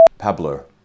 Pablo